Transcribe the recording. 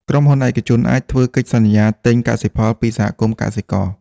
ក្រុមហ៊ុនឯកជនអាចធ្វើកិច្ចសន្យាទិញកសិផលពីសហគមន៍កសិករ។